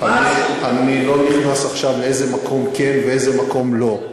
אני לא נכנס עכשיו לאיזה מקום כן ואיזה מקום לא.